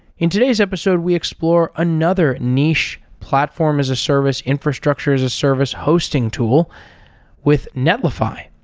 in today's episode, we explore another niche platform as a service, infrastructure as a service hosting tool with netlify.